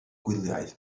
gwyliau